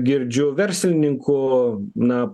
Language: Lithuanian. girdžiu verslininkų na